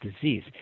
disease